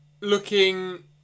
Looking